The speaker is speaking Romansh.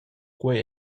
quei